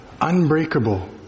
Unbreakable